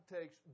takes